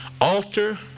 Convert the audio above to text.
alter